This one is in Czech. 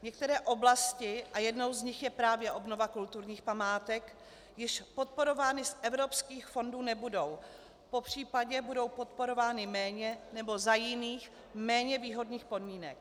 Některé oblasti, a jednou z nich je právě obnova kulturních památek, již podporovány z evropských fondů nebudou, popř. budou podporovány méně nebo za jiných, méně výhodných podmínek.